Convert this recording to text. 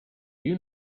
you